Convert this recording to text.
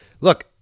Look